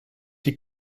die